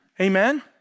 Amen